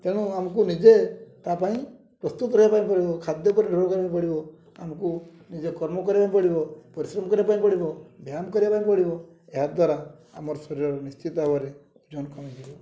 ତେଣୁ ଆମକୁ ନିଜେ ତା ପାଇଁ ପ୍ରସ୍ତୁତ ରହିବା ପାଇଁ ପଡ଼ିବ ଖାଦ୍ୟ ଉପରେ ନିର୍ଭର କରିବା ପାଇଁ ପଡ଼ିବ ଆମକୁ ନିଜେ କର୍ମ କରିବା ପାଇଁ ପଡ଼ିବ ପରିଶ୍ରମ କରିବା ପାଇଁ ପଡ଼ିବ ବ୍ୟାୟାମ କରିବା ପାଇଁ ପଡ଼ିବ ଏହାଦ୍ୱାରା ଆମର ଶରୀରର ନିଶ୍ଚିତ ଭାବରେ ଓଜନ କମିଯିବ